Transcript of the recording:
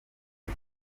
ari